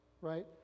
right